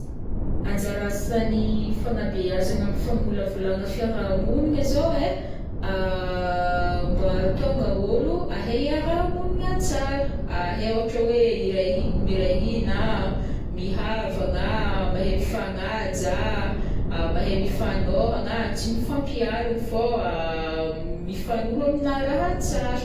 Anjara asan'ny fagnabezagna am' famolavolagna fiarahamonigny zao ai mba ahatonga ôlo ahay hiara-monigna tsara, ahay ohatra hoe hiray hi- miray hina, mihavagna, mahay mifagnaja, mahay mifanohagna, tsy mifampialogna fao mifanoro amina raha tsara.